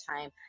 time